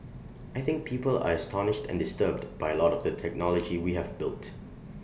I think people are astonished and disturbed by A lot of the technology we have built